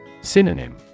Synonym